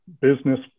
business